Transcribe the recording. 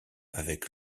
avec